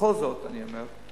בכל זאת אני אומר,